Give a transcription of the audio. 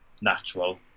natural